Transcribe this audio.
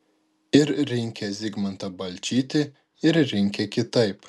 ir rinkę zigmantą balčytį ir rinkę kitaip